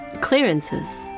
Clearances